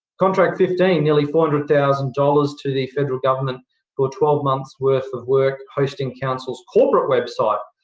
contract fifteen, nearly four hundred thousand dollars to the federal government for twelve months' worth of work hosting council's corporate website.